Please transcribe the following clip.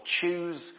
choose